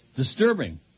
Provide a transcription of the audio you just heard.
Disturbing